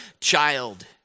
child